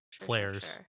flares